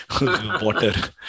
water